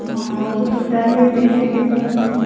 हाँ वो तो चाहिए तो फिर इसीलिए कम्पलीट